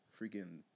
freaking